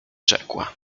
rzekła